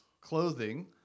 clothing